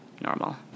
normal